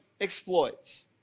exploits